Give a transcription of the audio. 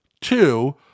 two